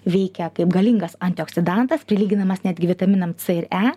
veikia kaip galingas antioksidantas prilyginamas netgi vitaminam c ir e